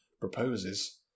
proposes